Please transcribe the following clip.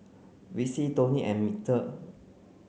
Vicy Toni and Mitchell